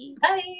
Bye